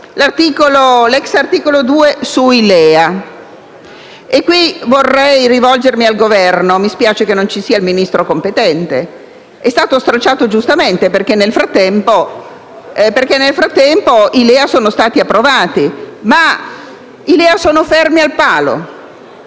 di assistenza (LEA) e qui vorrei rivolgermi al Governo e mi dispiace non ci sia il Ministro competente. È stato stralciato giustamente, perché nel frattempo i LEA sono stati approvati, ma essi sono fermi al palo,